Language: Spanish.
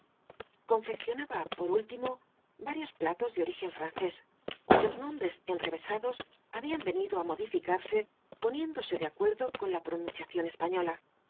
confeccionaba por último va rios platos de origen francés cuyos nombres enre vesados habían venido á modificarse poniéndose de acuerdo con la pronunciación española